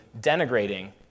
denigrating